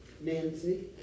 Nancy